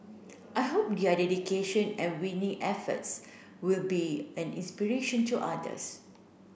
I hope their dedication and winning efforts will be an inspiration to others